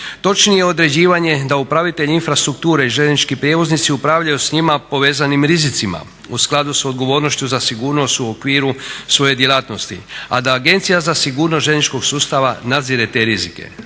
točnije određivanje da upravitelj infrastrukture i željeznički prijevoznici upravljaju s njima povezanim rizicima u skladu s odgovornošću za sigurnost u okviru svoje djelatnosti, a da Agencija za sigurnost željezničkog sustava nadzire te rizike.